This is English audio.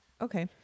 Okay